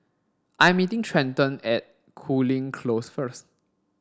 I'm meeting Trenton at Cooling Close first